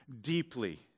deeply